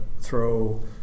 throw